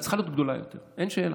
היא צריכה להיות גדולה יותר, אין שאלה.